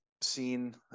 seen